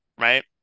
right